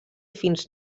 fins